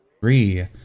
Three